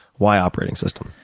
why operating system?